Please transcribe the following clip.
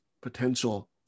potential